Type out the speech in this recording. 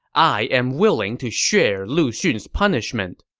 i am willing to share lu xun's punishment.